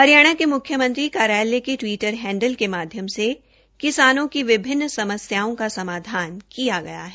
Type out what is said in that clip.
हरियाणा के मुख्यमंत्री कार्यालय के ट्वीटर हैंडल के माध्यम से किसानों की विभिन्न समस्याओं का समाधान किया गया है